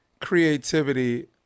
creativity